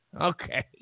Okay